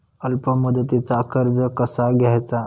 अल्प मुदतीचा कर्ज कसा घ्यायचा?